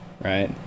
right